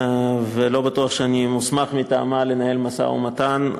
ולא בטוח שאני מוסמך מטעמה לנהל משא-ומתן.